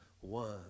One